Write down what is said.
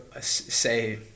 say